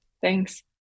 Thanks